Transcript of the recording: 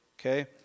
okay